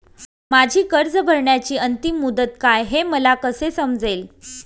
माझी कर्ज भरण्याची अंतिम मुदत काय, हे मला कसे समजेल?